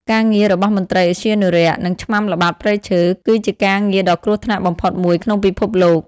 ការងាររបស់មន្ត្រីឧទ្យានុរក្ស និងឆ្មាំល្បាតព្រៃឈើ គឺជាការងារដ៏គ្រោះថ្នាក់បំផុតមួយក្នុងពិភពលោក។